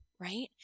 right